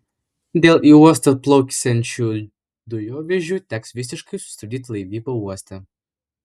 dėl į uostą atplauksiančių dujovežių teks visiškai sustabdyti laivybą uoste